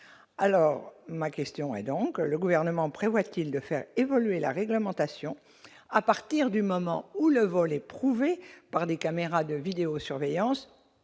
alors ma question est donc : le gouvernement prévoit-il de faire évoluer la réglementation à partir du moment où le vol éprouvés par des caméras de surveillance